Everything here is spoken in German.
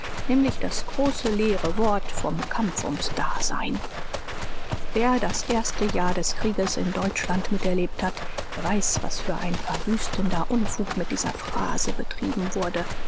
nämlich das große leere wort vom kampf ums dasein wer das erste jahr des krieges in deutschland miterlebt hat der weiß was für ein verwüstender unfug mit dieser phrase getrieben wurde